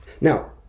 Now